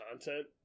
content